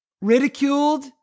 ridiculed